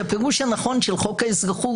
שהפירוש הנכון של חוק האזרחות,